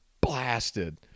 blasted